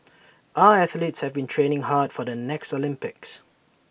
our athletes have been training hard for the next Olympics